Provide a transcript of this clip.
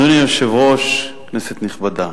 אדוני היושב-ראש, כנסת נכבדה,